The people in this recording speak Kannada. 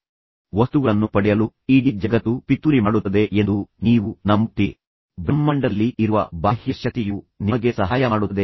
ಆದ್ದರಿಂದ ಅವರು ನಿಜವಾಗಿಯೂ ಒಬ್ಬರನ್ನೊಬ್ಬರು ಪ್ರೀತಿಸಿದ ಆ ಅದ್ಭುತ ಕ್ಷಣಗಳನ್ನು ಯೋಚಿಸಲು ಇದು ಅವರಿಗೆ ಸಹಾಯ ಮಾಡುತ್ತದೆ